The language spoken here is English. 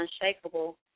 unshakable